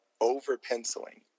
over-penciling